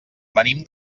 venim